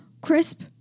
crisp